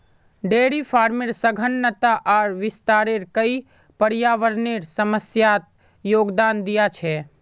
dairy फार्मेर सघनता आर विस्तार कई पर्यावरनेर समस्यात योगदान दिया छे